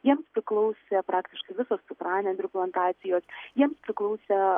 jiems priklausė praktiškai visos cukranendrių plantacijos jiems priklausė